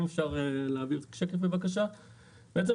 בעצם,